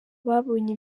babonye